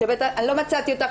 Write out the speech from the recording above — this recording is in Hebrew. אני לא מצאתי אותך,